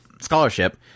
scholarship